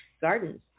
gardens